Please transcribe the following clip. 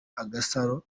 agasaro